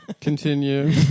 Continue